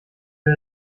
der